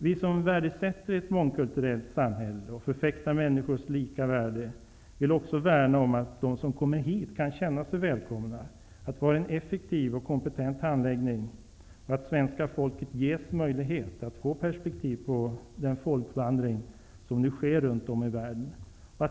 Vi som värdesätter ett mångkulturellt samhälle och förfäktar människors lika värde vill också värna om att de som kommer hit kan känna sig välkomna och att vi har en effektiv och kompetent handläggning. Svenska folket skall ges möjlighet att få perspektiv på den folkvandring som nu sker runt om i världen.